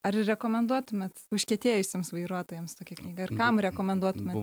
ar rekomenduotumėt užkietėjusiems vairuotojams tokią knygą ir kam rekomenduotumėt